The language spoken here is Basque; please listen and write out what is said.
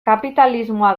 kapitalismoa